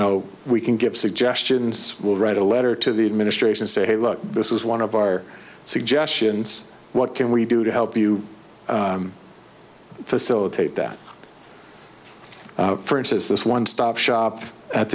know we can give suggestions will write a letter to the administration say look this is one of our suggestions what can we do to help you facilitate that for instance this one stop shop at